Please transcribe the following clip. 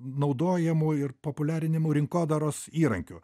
naudojamų ir populiarinimų rinkodaros įrankiu